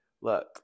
look